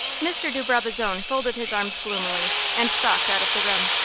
mr. de brabazon folded his arms gloomily, and stalked out of the room.